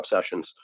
sessions